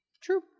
True